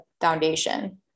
foundation